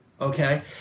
okay